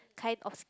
kind of